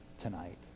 tonight